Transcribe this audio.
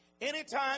Anytime